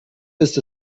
ist